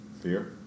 Fear